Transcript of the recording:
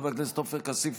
חבר הכנסת עופר כסיף,